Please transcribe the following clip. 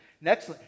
Next